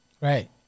Right